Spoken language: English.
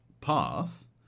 path